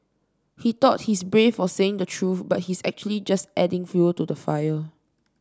he thought he's brave for saying the truth but he's actually just adding fuel to the fire